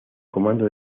comando